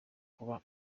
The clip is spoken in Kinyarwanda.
kuba